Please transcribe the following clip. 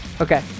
Okay